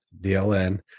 DLN